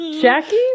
Jackie